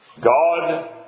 God